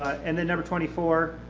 and number twenty four,